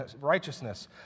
righteousness